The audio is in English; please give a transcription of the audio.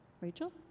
rachel